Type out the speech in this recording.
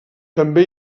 també